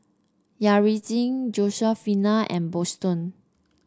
Yaretzi Josefina and Boston